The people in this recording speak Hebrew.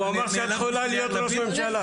הוא אמר שאת יכולה להיות ראש ממשלה.